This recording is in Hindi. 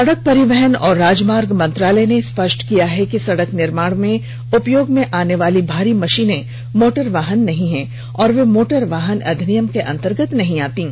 सड़क परिवहन और राजमार्ग मंत्रालय ने स्पष्ट किया है कि सड़क निर्माण में उपयोग में आने वाली भारी मशीनें मोटर वाहन नहीं हैं और वे मोटर वाहन अधिनियम के अंतर्गत नहीं आती हैं